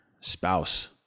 spouse